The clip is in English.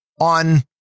on